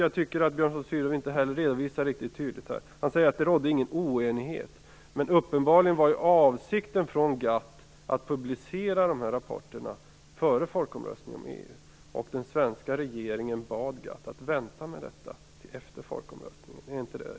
Jag tycker att Björn von Sydow inte riktigt tydligt redovisar det här. Han säger att det inte rådde någon oenighet. Men uppenbarligen var GATT:s avsikt att publicera rapporten före folkomröstningen om EU medlemskap, och den svenska regeringen bad GATT att vänta med detta till efter folkomröstningen. Är det inte riktigt?